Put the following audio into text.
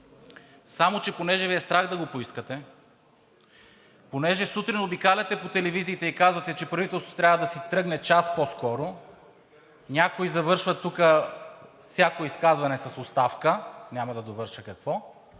само че понеже Ви е страх да го поискате, понеже сутрин обикаляте по телевизиите и казвате, че правителството трябва да си тръгне час по-скоро, някои завършват тук всяко изказване с оставка, няма да довърша какво,